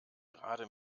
gerade